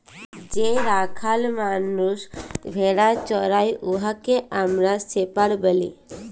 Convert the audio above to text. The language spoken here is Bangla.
যে রাখাল মালুস ভেড়া চরাই উয়াকে আমরা শেপাড় ব্যলি